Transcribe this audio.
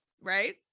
right